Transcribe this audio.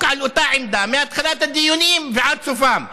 על אותה עמדה מהתחלת הדיונים ועד סופם.